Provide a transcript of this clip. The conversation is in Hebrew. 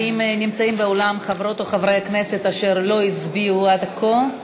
נמצאים באולם חברות או חברי כנסת אשר לא הצביעו עד כה?